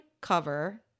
cover